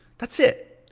that's it.